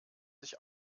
sich